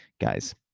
Guys